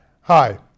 Hi